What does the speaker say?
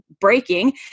breaking